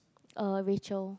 uh Rachael